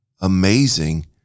amazing